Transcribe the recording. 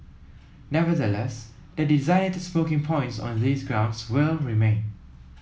nevertheless the designated smoking points on these grounds will remain